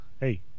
Hey